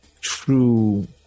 true